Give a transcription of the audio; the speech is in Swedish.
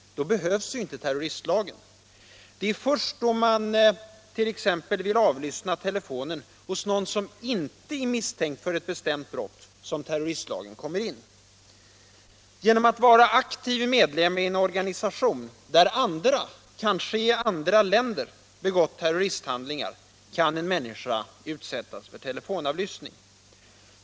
Då behövs inte terroristlagen. Det är först då man t.ex. vill avlyssna telefonen hos någon som inte är misstänkt för ett bestämt brott som terroristlagen kommer in. Genom att vara aktiv medlem i en organisation där andra — kanske i andra länder — begått terroristhandlingar kan en människa utsättas för telefonavlyssning.